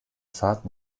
fahrt